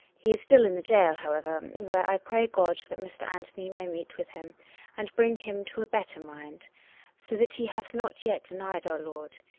he is still in the gaol, however, where i pray god that mr. anthony may meet with him and bring him to a better mind so that he hath not yet denied our lord,